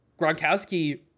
Gronkowski